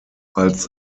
als